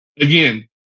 again